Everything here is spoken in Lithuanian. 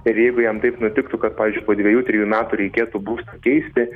ir jeigu jam taip nutiktų kad pavyzdžiui po dvejų trejų metų reikėtų būstą keisti